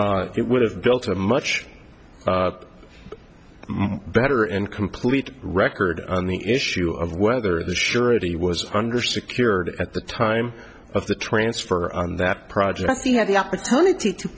bring it would have built a much better and complete record on the issue of whether the surety was under secured at the time of the transfer on that project to have the opportunity to